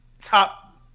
Top